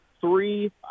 three